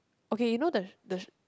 okay you know the the